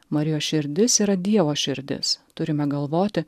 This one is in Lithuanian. marijos širdis yra dievo širdis turime galvoti